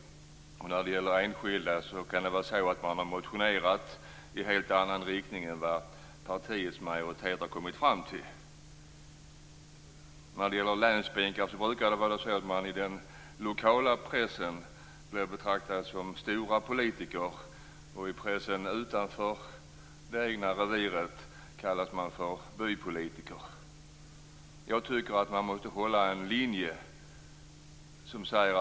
När det gäller enskilda ledamöter kan de ha motionerat i en helt annan riktning än vad partiets majoritet har kommit fram till. I den lokala pressen kan man då bli betraktad som en stor politiker medan man i pressen utanför det egna reviret kan bli kallad för bypolitiker. Jag tycker att man måste hålla sig till en linje.